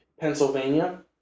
Pennsylvania